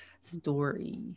story